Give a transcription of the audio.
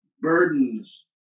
burdens